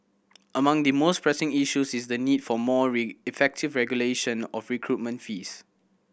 among the most pressing issues is the need for more effective regulation of recruitment fees